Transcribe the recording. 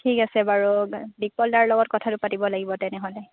ঠিক আছে বাৰু দীপকল দাৰ লগত কথাটো পাতিব লাগিব তেনেহ'লে